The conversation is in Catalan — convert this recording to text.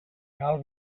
cal